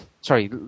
Sorry